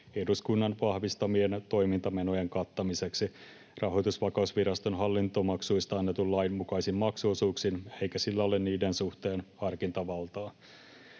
eduskunnan vahvistamien toimintamenojen kattamiseksi Rahoitusvakausviraston hallintomaksuista annetun lain mukaisin maksuosuuksin, eikä sillä ole niiden suhteen harkintavaltaa.